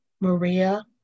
Maria